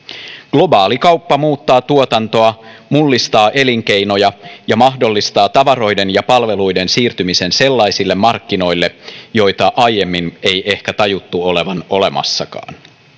globaali kauppa muuttaa tuotantoa mullistaa elinkeinoja ja mahdollistaa tavaroiden ja palveluiden siirtymisen sellaisille markkinoille joita aiemmin ei ehkä tajuttu olevan olemassakaan